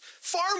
Far